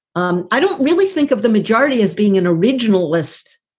um i don't really think of the majority as being an originalist